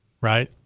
Right